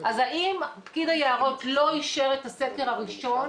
אז האם פקיד היערות לא אישר את הסקר הראשון